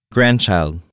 Grandchild